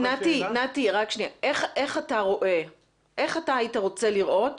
איך היית רוצה לראות